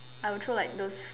I would throw like those